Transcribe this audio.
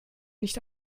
nicht